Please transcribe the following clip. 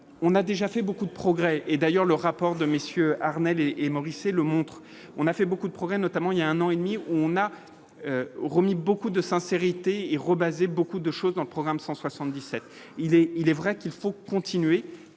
on a déjà fait beaucoup de progrès et d'ailleurs, le rapport de messieurs Armelle et et Maurice et le montre, on a fait beaucoup de progrès notamment, il y a un an et demi, on a remis beaucoup de sincérité et rebaser beaucoup de choses dans le programme 177 il est il est vrai qu'il faut continuer